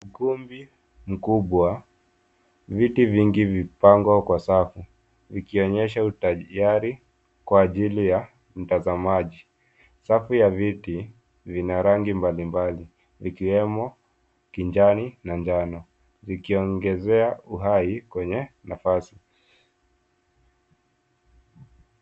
Ukumbi mkubwa, viti vingi vimepangwa kwa safu. Vikionyesha utayari kwa ajili ya mtazamaji. Safu ya viti, vina rangi mbalimbali, ikiwemo kijani na njano. Zikiongezea uhai kwenye nafasi.